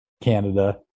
Canada